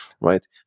right